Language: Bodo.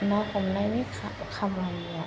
ना हमनायनि खामानिया